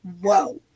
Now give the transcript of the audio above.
whoa